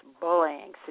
bullying